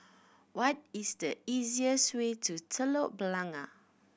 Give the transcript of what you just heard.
what is the easiest way to Telok Blangah